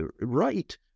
right